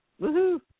Woohoo